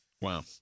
Wow